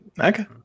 okay